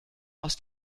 aus